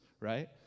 right